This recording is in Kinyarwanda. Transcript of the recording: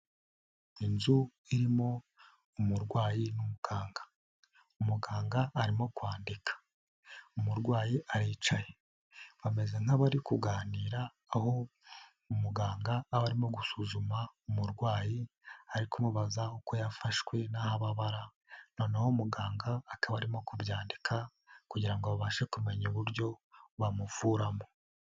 Inzu irimo umurwayi n'umugangaga. Umuganga arimo kwandika. Umurwayi aricaye. Bameze nk'abari kuganira aho umuganga aba arimo gusuzuma umurwayi, ari kumubaza uko yafashwe n'aho ababara noneho muganga akaba arimo kubyandika kugira ngo aba babashe kumenya uburyo bamuvuramo.